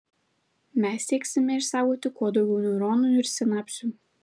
mes sieksime išsaugoti kuo daugiau neuronų ir sinapsių